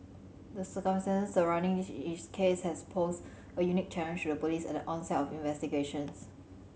the circumstances surrounding this case has posed a unique challenge to the Police at the onset of investigations